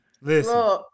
Listen